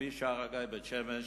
כביש שער-הגיא בית-שמש,